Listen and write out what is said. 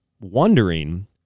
wondering